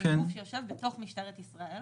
זה גוף שיושב בתוך משטרת ישראל.